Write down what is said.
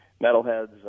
metalheads